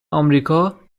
آمریکا